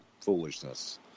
foolishness